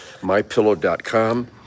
MyPillow.com